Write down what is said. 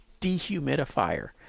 dehumidifier